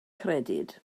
credyd